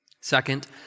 Second